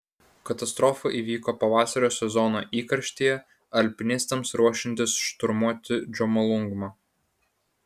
katastrofa įvyko pavasario sezono įkarštyje alpinistams ruošiantis šturmuoti džomolungmą